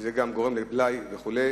זה גם גורם לבלאי וכו'.